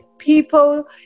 people